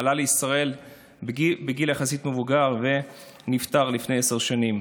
עלה לישראל בגיל יחסית מבוגר ונפטר לפני עשר שנים.